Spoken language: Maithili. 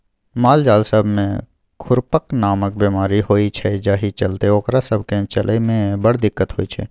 मालजाल सब मे खुरपका नामक बेमारी होइ छै जाहि चलते ओकरा सब केँ चलइ मे बड़ दिक्कत होइ छै